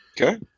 Okay